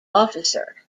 officer